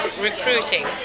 recruiting